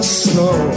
snow